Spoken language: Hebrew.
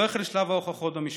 לא החל שלב ההוכחות במשפט,